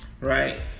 right